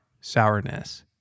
sourness